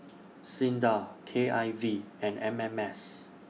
SINDA K I V and M M S